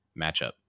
matchup